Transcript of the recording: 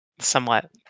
somewhat